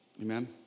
Amen